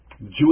Jewish